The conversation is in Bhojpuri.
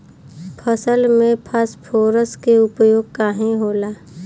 फसल में फास्फोरस के उपयोग काहे होला?